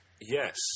yes